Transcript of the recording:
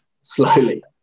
slowly